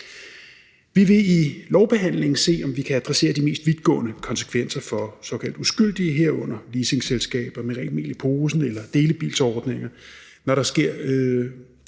Vi vil i lovbehandlingen se, om vi kan adressere de mest vidtgående konsekvenser for såkaldt uskyldige, herunder leasingselskaber med rent mel i posen eller delebilsordninger, så de ikke